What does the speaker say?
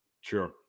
Sure